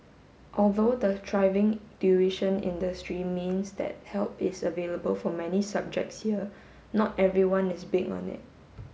although the thriving tuition industry means that help is available for many subjects here not everyone is big on it